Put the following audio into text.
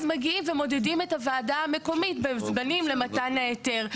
אז מגיעים ומודדים את הוועדה המקומית בזמנים למתן ההיתר,